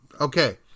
Okay